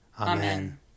Amen